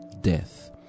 death